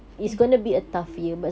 eh